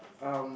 um